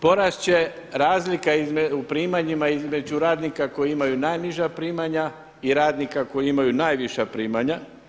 Porast će razlika u primanjima između radnika koji imaju najniža primanja i radnika koji imaju najviša primanja.